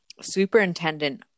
Superintendent